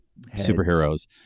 superheroes